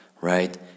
right